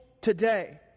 today